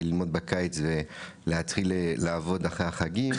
ללמוד בקיץ ולהתחיל לעבוד אחרי החגים,